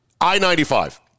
I-95